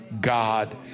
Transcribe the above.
God